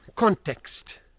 Context